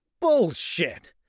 Bullshit